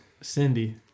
Cindy